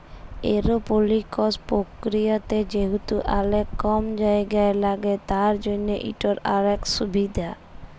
এরওপলিকস পরকিরিয়াতে যেহেতু অলেক কম জায়গা ল্যাগে তার জ্যনহ ইটর অলেক সুভিধা